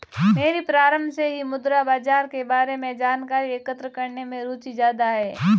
मेरी प्रारम्भ से ही मुद्रा बाजार के बारे में जानकारी एकत्र करने में रुचि ज्यादा है